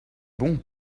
bon